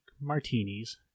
martinis